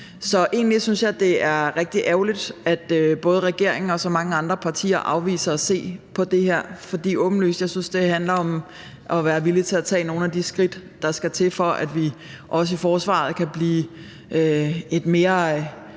Egentlig synes jeg, det er rigtig ærgerligt, at både regeringspartiet og så mange andre partier afviser at se på det her. Jeg synes, det handler om at være villig til at tage nogle af de skridt, der skal til, for at også forsvaret kan blive en mere